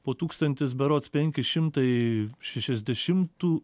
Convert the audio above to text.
po tūkstantis berods penki šimtai šešiasdešimtų